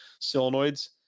solenoids